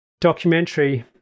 documentary